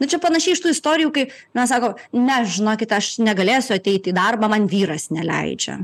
nu čia panašiai iš tų istorijų kai na sako ne žinokit aš negalėsiu ateiti į darbą man vyras neleidžia